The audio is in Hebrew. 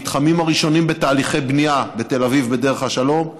המתחמים הראשונים בתהליכי בנייה: בתל אביב בדרך השלום,